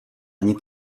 nic